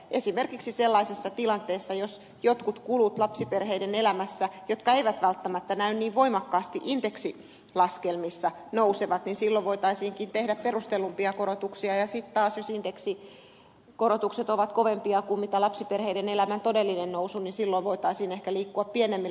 esimerkiksi sellaisessa tilanteessa jos jotkut kulut lapsiperheiden elämässä jotka eivät välttämättä näy niin voimakkaasti indeksilaskelmissa nousevat niin silloin voitaisiinkin tehdä perustellumpia korotuksia ja sitten taas jos indeksikorotukset ovat kovempia kuin lapsiperheiden elämän todellinen nousu silloin voitaisiin ehkä liikkua pienemmillä